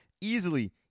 Easily